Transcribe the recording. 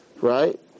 right